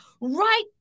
right